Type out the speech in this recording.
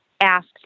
asked